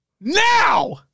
Now